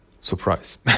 Surprise